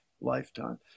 lifetime